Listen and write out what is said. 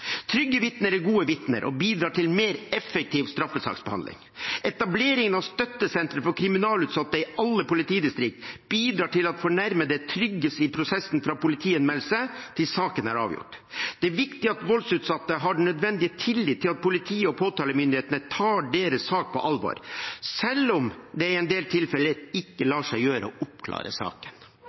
Trygge vitner er gode vitner og bidrar til mer effektiv straffesaksbehandling. Etableringen av støttesentre for kriminalitetsutsatte i alle politidistrikter bidrar til at fornærmede trygges i prosessen, fra politianmeldelse til saken er avgjort. Det er viktig at voldsutsatte har den nødvendige tillit til at politiet og påtalemyndigheten tar deres sak på alvor, selv om det i en del tilfeller ikke lar seg gjøre å oppklare saken.